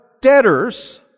debtors